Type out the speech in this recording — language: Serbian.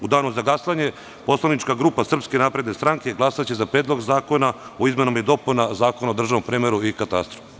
U danu za glasanje poslanička grupa SNS glasaće za Predlog zakona o izmenama i dopunama Zakona o državnom premeru i katastru.